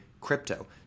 crypto